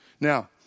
Now